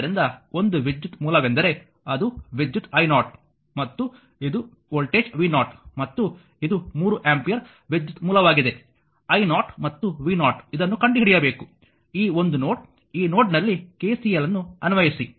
ಆದ್ದರಿಂದ ಒಂದು ವಿದ್ಯುತ್ ಮೂಲವೆಂದರೆ ಅದು ವಿದ್ಯುತ್ i0 ಮತ್ತು ಇದು ವೋಲ್ಟೇಜ್ v0 ಮತ್ತು ಇದು 3 ಆಂಪಿಯರ್ ವಿದ್ಯುತ್ ಮೂಲವಾಗಿದೆ i0 ಮತ್ತು v0 ಇದನ್ನು ಕಂಡುಹಿಡಿಯಬೇಕು ಈ ಒಂದು ನೋಡ್ ಈ ನೋಡ್ನಲ್ಲಿ KCL ಅನ್ನು ಅನ್ವಯಿಸಿ